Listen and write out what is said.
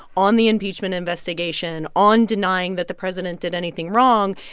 on the impeachment investigation, on denying that the president did anything wrong,